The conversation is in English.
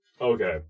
Okay